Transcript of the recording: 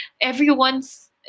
everyone's